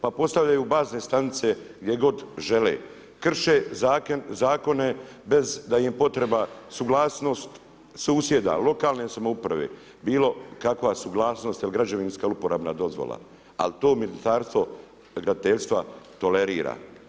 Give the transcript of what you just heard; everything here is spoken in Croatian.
Pa postavljaju bazne stanice gdje god žele, krše Zakone, bez da im je potrebna suglasnost susjeda, lokalne samouprave, bilo kakva suglasnost, jel' građevinska, jel' uporabna dozvola, al' to Ministarstvo graditeljstva, tolerira.